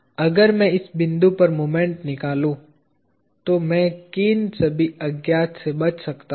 अगर मैं इस बिंदु पर मोमेंट निकालूं तो मैं किन सभी अज्ञात से बच सकता हूं